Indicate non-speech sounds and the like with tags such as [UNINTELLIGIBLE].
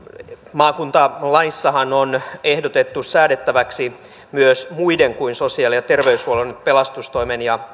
maakuntalaissahan on ehdotettu säädettäväksi myös muiden kuin sosiaali ja ter veyshuollon pelastustoimen ja [UNINTELLIGIBLE]